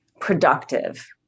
productive